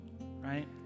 right